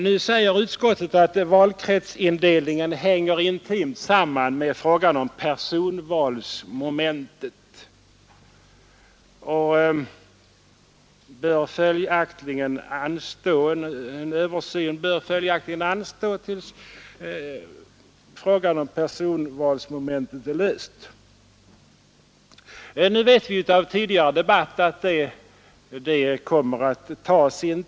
Nu säger utskottet att frågan om valkretsindelningen hänger intimt samman med frågan om personvalsmomentet och att en översyn följaktligen bör anstå tills frågan om personval är löst. Vi vet av tidigare debatt att det kommer att dröja.